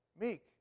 meek